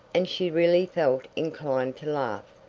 and she really felt inclined to laugh.